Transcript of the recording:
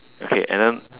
okay and then